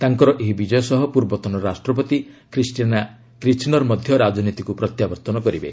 ତାଙ୍କର ଏହି ବିଜୟ ସହ ପୂର୍ବତନ ରାଷ୍ଟ୍ରପତି ଖ୍ରୀଷ୍ଟିୟାନା କ୍ରିଚ୍ନର୍ ମଧ୍ୟ ରାଜନୀତିକ୍ ପ୍ରତ୍ୟାବର୍ତ୍ତନ କରିବେ